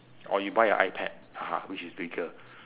or you buy a ipad haha which is bigger